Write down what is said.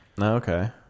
Okay